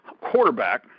quarterback